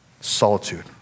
Solitude